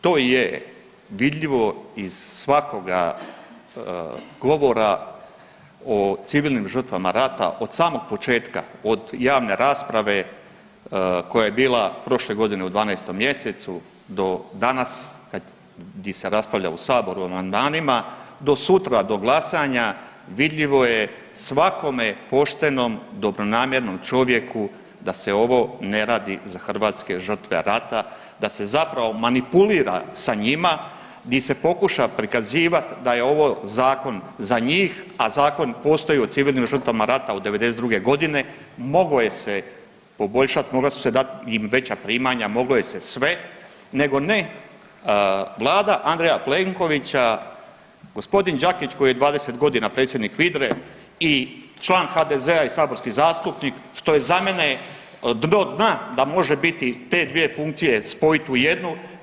To je vidljivo iz svakoga govora o civilnim žrtvama rata od samog početka, od javne rasprave koja je bila prošle godine u 12. mjesecu do danas di se raspravlja u saboru o amandmanima do sutra do glasanja vidljivo je svakome poštenom dobronamjernom čovjeku da se ovo ne radi za hrvatske žrtve rata, da se zapravo manipulira sa njima, di se pokuša prikazivat da je ovo zakon za njih, a zakon postoji o civilnim žrtvama rata od '92.g., mogao je se poboljšat, mogla su se dat i veća primanja, moglo je se sve, nego ne vlada Andreja Plenkovića, g. Đakić koji je 20.g. predsjednik HVIDR-e i član HDZ-a i saborski zastupnik, što je za mene dno dna da može biti te dvije funkcije spojit u jednu.